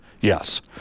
yes